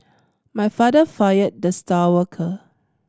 my father fired the star worker